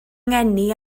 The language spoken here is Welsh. ngeni